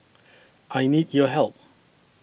I need your help